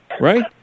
right